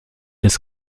des